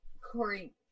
Corey